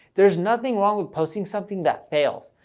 there's nothing wrong with posting something that fails.